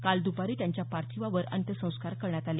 काल दपारी त्यांच्या पार्थिवावर अंत्यसंस्कार करण्यात आले